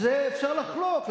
אפשר לחלוק,